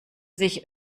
sich